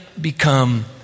become